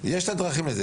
יש את הדרכים לזה.